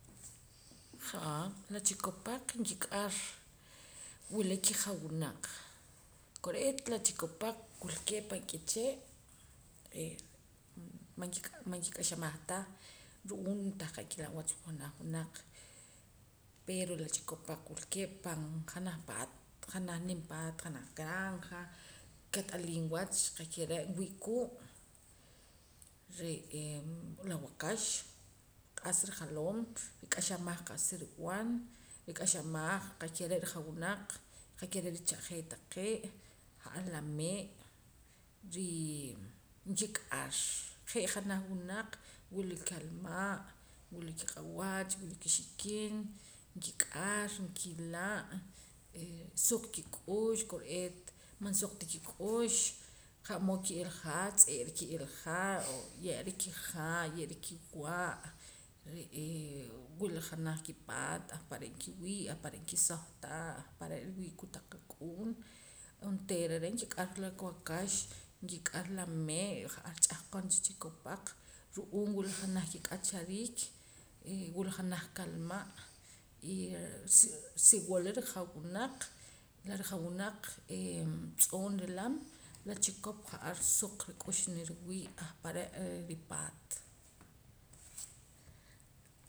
Jaa la chikopaq nkik'ar wula kijawunaq kore'eet la chikopaq wulkee' pan k'ichee' man kik'axamaj ta ru'uum tanqa' nkila' wach janaj wunaq pero la chikopaq wilkee' pan janaj paat janaj nim paat janaj granja kat'aliim wach qa'keh re' nwii'kuu' re'ee la waakax q'as rijaloom rik'axamaj qa'sa rib'an rik'axamaj qa'keh re' rijawunaq qa'keh re' richa'jee taqee' ja'ar la mee' rii rik'ar je' janaj wunaq wula kalma' wula kiq'awach wula kixikin nkik'ar nkila' eh suq kik'ux kore'eet man suq ta kik'ux qa'mood ki'ilja tz'ee'ra ki'ilja o nye'ra kihaa' ye'ra kiwa' re'ee wula janaj kipaat ahpare' nkiwii' ahpare' nkisoh ta ahpare' nriwii' kotaq kak'uun onteera re' nkik'ar la waakax nkik'ar la mee' y ja'ar ch'ahqon cha chikopaq ru'uun willa janaj kik'achariik e wila janaj kalma' y si si wula rijawunaq la rijawunaq ee tz'oo' nrilama la chikop ja'ar suq rik'ux nriwii' ahpare' re' ripaat